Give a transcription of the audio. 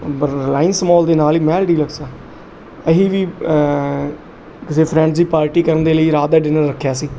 ਬਰਾਈਸ mall ਦੇ ਨਾਲ ਹੀ ਮਹਿਲ ਡੀਲੈਕਸ ਹੈ ਅਸੀਂ ਵੀ ਕਿਸੇ ਫਰੈਂਡਸ ਦੀ ਪਾਰਟੀ ਕਰਨ ਦੇ ਲਈ ਰਾਤ ਦਾ ਡਿਨਰ ਰੱਖਿਆ ਸੀ